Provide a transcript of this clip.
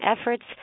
efforts